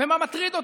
במה מטריד אותו,